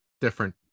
different